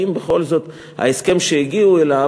האם בכל זאת ההסכם שהגיעו אליו,